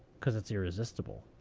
because it's irresistible?